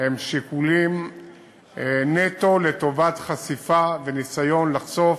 הם שיקולים נטו לטובת חשיפה וניסיון לחשוף